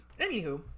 Anywho